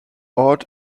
ort